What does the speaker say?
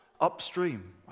upstream